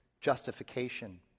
justification